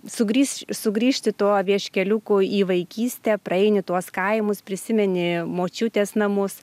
sugrįš sugrįžti tuo vieškeliuku į vaikystę praeini tuos kaimus prisimeni močiutės namus